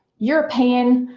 european,